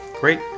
Great